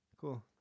Cool